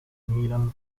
milan